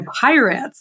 pirates